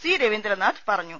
C Ravindranath പറഞ്ഞു